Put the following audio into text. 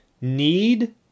need